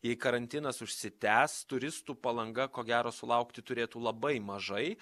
jei karantinas užsitęs turistų palanga ko gero sulaukti turėtų labai mažai